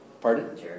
Pardon